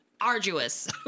arduous